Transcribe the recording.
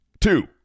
two